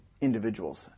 individuals